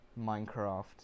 Minecraft